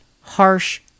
harsh